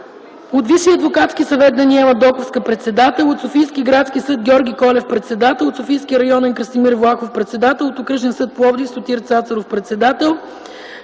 от Висшия адвокатски съвет: Даниела Доковска – председател; от Софийски градски съд: Георги Колев – председател; от Софийски районен съд: Красимир Влахов – председател; от Окръжен съд –Пловдив: Сотир Цацаров – председател;